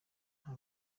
nta